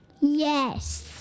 Yes